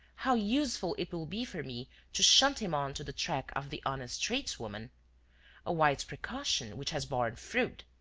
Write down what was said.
how useful it will be for me to shunt him on to the track of the honest tradeswoman a wise precaution, which has borne fruit.